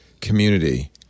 community